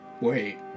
Wait